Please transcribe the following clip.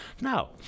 Now